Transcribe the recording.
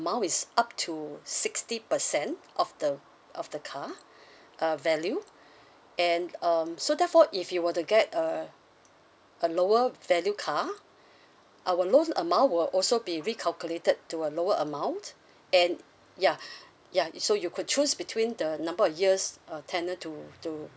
amount is up to sixty percent of the of the car uh value and um so therefore if you were to get a a lower value car our loan amount will also be recalculated to a lower amount and ya ya so you could choose between the number of years uh tenure to to